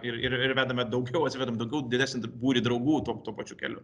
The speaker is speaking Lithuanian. ir ir ir vedame daugiau atsivedam daugiau didesnį būrį draugų tuo tuo pačiu keliu